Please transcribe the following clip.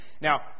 Now